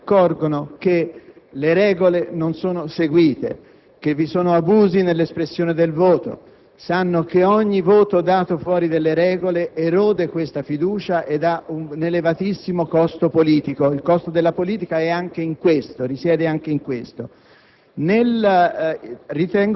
essi si accorgono che le regole non sono seguite, che vi sono abusi nell'espressione del voto: sanno che ogni voto dato fuori delle regole erode questa fiducia ed ha un elevatissimo costo politico. Il costo della politica risiede anche in questo.